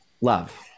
love